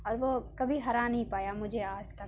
اور وہ کبھی ہرا نہیں پایا مجھے آج تک